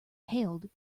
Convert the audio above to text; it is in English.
hailed